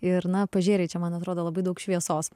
ir na pažėrei čia man atrodo labai daug šviesos